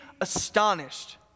astonished